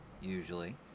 usually